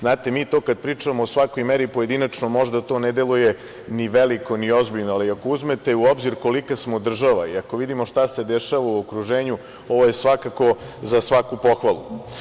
Znate, mi to kada pričamo o svakoj meri pojedinačno, možda to ne deluje ni veliko, ni ozbiljno, ali ako uzmete u obzir kolika smo država i ako vidimo šta se dešava u okruženju, ovo je svakako za svaku pohvalu.